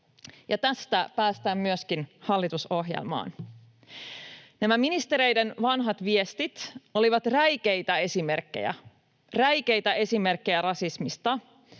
Tästä päästään myöskin hallitusohjelmaan. Nämä ministereiden vanhat viestit olivat räikeitä esimerkkejä, räikeitä esimerkkejä rasismista,